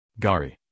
Gari